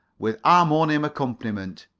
with harmonium accompaniment,